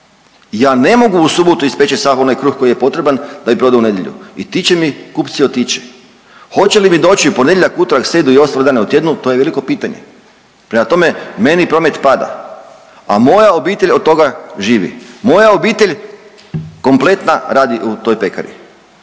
Ja ne mogu u subotu ispeći sav onaj kruh koji je potreban da bi prodao i nedjelju i ti će mi kupci otići. Hoće li mi doći u ponedjeljak, utorak, srijedu i ostale dane u tjednu to je veliko pitanje. Prema tome, meni promet pada, a moja obitelj od toga živi. Moja obitelj kompletna radi u toj pekari.